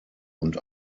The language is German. und